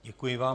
Děkuji vám.